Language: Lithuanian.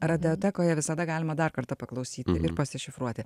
radiotekoje visada galima dar kartą paklausyt ir pasišifruoti